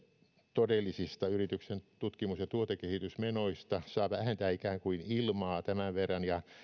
todellisista yrityksen tutkimus ja tuotekehitysmenoista saa vähentää ikään kuin ilmaa tämän verran ja